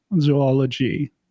zoology